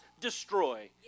destroy